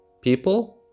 people